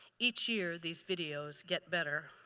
each year these videos get better.